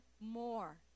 more